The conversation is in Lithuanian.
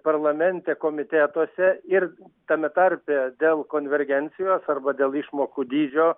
parlamente komitetuose ir tame tarpe dėl konvergencijos arba dėl išmokų dydžio